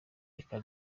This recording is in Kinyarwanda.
reka